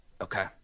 Okay